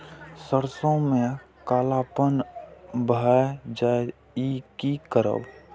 सरसों में कालापन भाय जाय इ कि करब?